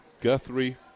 Guthrie